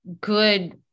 good